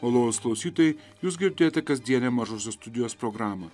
malonūs klausytojai jūs girdėjote kasdienę mažosios studijos programą